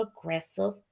aggressive